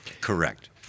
Correct